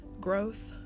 growth